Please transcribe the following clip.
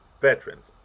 veterans